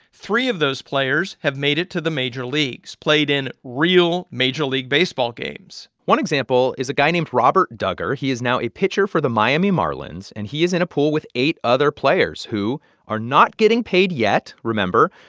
three of those players have made it to the major leagues, played in real major league baseball games one example is a guy named robert dugger. he is now a pitcher for the miami marlins. and he is in a pool with eight other players who are not getting paid yet. remember,